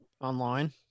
Online